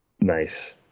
Nice